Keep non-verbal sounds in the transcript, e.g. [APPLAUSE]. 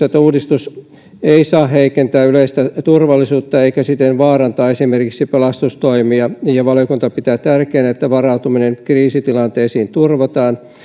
[UNINTELLIGIBLE] että uudistus ei saa heikentää yleistä turvallisuutta eikä siten vaarantaa esimerkiksi pelastustoimia ja ja valiokunta pitää tärkeänä että varautuminen kriisitilanteisiin turvataan